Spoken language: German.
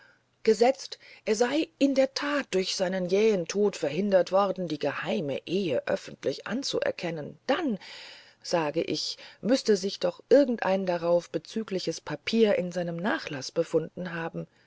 gesetzt er sei in der that durch seinen jähen tod verhindert worden die geheime ehe öffentlich anzuerkennen dann sage ich müßte sich doch irgend ein darauf bezügliches papier in seinem nachlaß gefunden haben